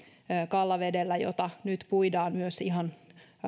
kallavedellä jota nyt puidaan myös ihan